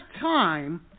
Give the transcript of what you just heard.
time